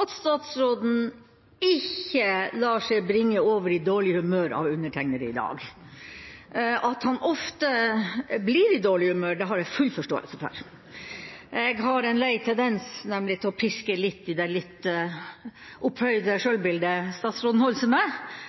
at statsråden ikke lar seg bringe i dårlig humør av undertegnede i dag. At han ofte blir i dårlig humør, har jeg full forståelse for. Jeg har nemlig en lei tendens til å pirke litt i det litt opphøyde selvbildet statsråden holder seg med,